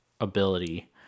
ability